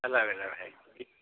अलग अलग है सभी